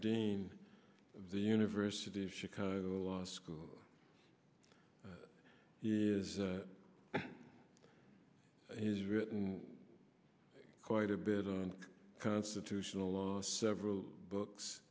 dean of the university of chicago law school has written quite a bit on constitutional law several books